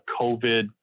COVID